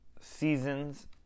Seasons